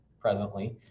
presently